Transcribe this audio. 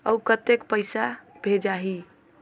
अउ कतेक पइसा भेजाही?